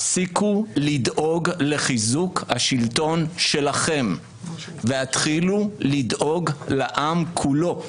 הפסיקו לדאוג לחיזוק השלטון שלכם והתחילו לדאוג לעם כולו.